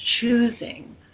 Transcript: choosing